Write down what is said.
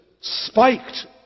spiked